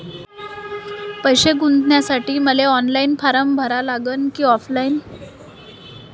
पैसे गुंतन्यासाठी मले ऑनलाईन फारम भरा लागन की ऑफलाईन?